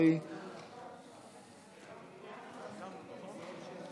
אני מוסיף שוב את קולותיהם של חברי הכנסת הלוי,